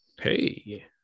Hey